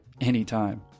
anytime